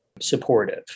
supportive